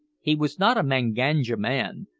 he was not a manganja man,